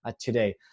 today